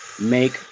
make